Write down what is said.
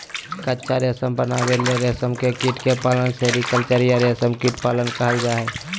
कच्चा रेशम बनावे ले रेशम के कीट के पालन सेरीकल्चर या रेशम कीट पालन कहल जा हई